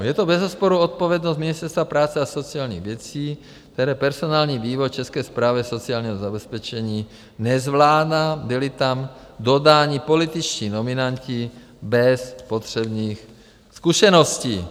Je to bezesporu odpovědnost Ministerstva práce a sociálních věcí, které personální vývoj České správy sociálního zabezpečení nezvládá, byli tam dodáni političtí nominanti bez potřebných zkušeností.